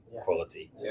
quality